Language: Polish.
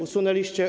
Usunęliście?